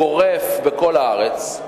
גורף, בכל הארץ?